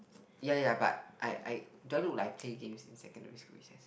ya ya but I I do I look like I play games in secondary school recess